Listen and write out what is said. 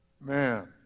Man